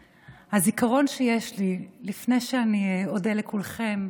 והזיכרון שיש לי, לפני שאני אודה לכולכם,